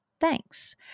Thanks